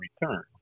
return